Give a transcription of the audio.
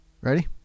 ready